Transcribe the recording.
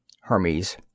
Hermes